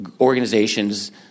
organizations